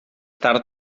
tard